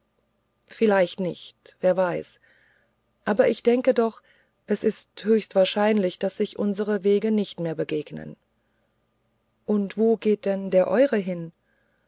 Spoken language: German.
vielleicht nicht wer weiß aber ich denke doch es ist höchst wahrscheinlich daß sich unsere wege nicht mehr begegnen und wo geht denn der eure hin